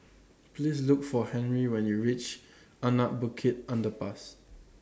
Please Look For Henri when YOU REACH Anak Bukit Underpass